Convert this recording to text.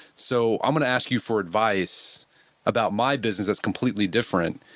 so i'm going to ask you for advice about my business that's completely different.